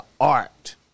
art